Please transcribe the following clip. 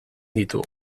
ditu